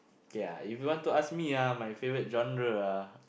K ah if you want to ask me ah my favourite genre ah